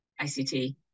ICT